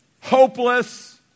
Hopeless